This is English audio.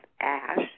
ash